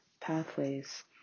pathways